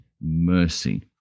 mercy